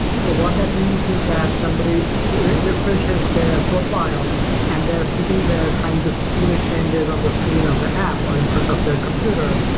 so what that means is that somebody refreshes their profile and they're sitting there trying to see the changes on the screen of the app or in front of their computer,